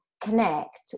connect